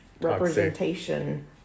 representation